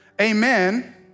amen